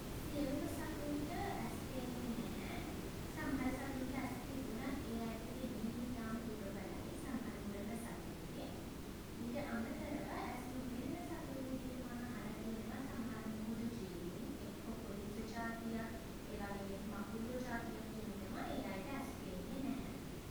සියලුම සතුන්ට ඇස් පේන්නෙ නැහැ. සමහර සතුන්ට ඇස් තිබුණත් ඒ අයගේ පෙනීම ඉතාම දුර්වලයි සමහර උරග සතුන්ගේ. ඊට අමතරව ඇස් නොපෙනෙන සතුන් විදියට මං අහලා තියෙනවා සමහර මුහුදු ජීවීන් එක් පොකිරිස්සෝ ජාතියක් ඒ වගේම එක මකුළුවෝ ජාතියක් ඉන්නවා ඒ අයට ඇස් පෙන්නේ නැහැ.